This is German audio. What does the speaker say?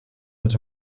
mit